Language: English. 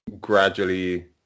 gradually